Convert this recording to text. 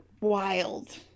wild